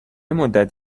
مدت